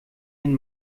den